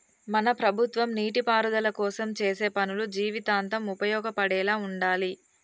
మన ప్రభుత్వం నీటిపారుదల కోసం చేసే పనులు జీవితాంతం ఉపయోగపడేలా ఉండాలి